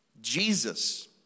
Jesus